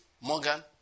Morgan